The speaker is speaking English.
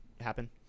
happen